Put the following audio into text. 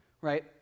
right